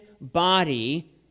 body